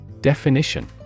Definition